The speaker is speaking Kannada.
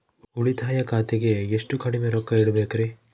ಉಳಿತಾಯ ಖಾತೆಗೆ ಎಷ್ಟು ಕಡಿಮೆ ರೊಕ್ಕ ಇಡಬೇಕರಿ?